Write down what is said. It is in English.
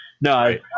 No